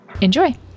Enjoy